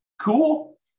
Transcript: Cool